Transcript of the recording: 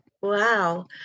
Wow